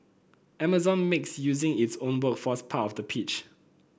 Amazon makes using its own workforce part of the pitch